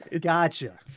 Gotcha